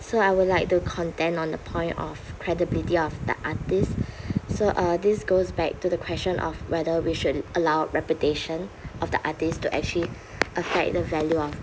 so I would like to contend on the point of credibility of the artist so uh this goes back to the question of whether we should allow reputation of the artist to actually affect the value of